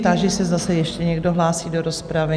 Táži se, zda se ještě někdo hlásí do rozpravy?